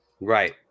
Right